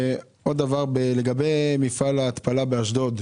לגבי מפעל ההתפלה באשדוד,